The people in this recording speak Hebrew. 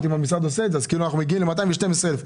אם המשרד עושה את זה אנחנו מגיעים ל-212 אלף.